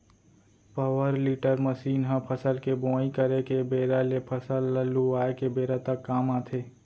power tiller machine ह फसल के बोवई करे के बेरा ले फसल ल लुवाय के बेरा तक काम आथे